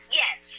yes